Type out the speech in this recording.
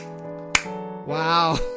Wow